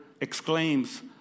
exclaims